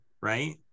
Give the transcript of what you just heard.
right